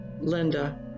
Linda